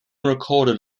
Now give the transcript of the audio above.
recorded